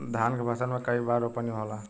धान के फसल मे कई बार रोपनी होला?